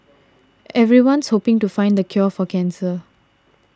everyone's hoping to find the cure for cancer